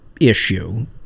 issue